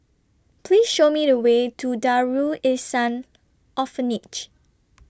Please Show Me The Way to Darul Ihsan Orphanage